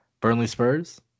Burnley-Spurs